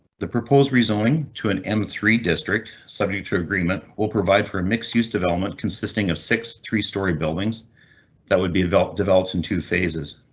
the proposed rezoning to an m three district subject to agreement, will provide for mixed use development consisting of six three story buildings that would be developed, developed in two phases.